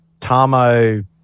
Tamo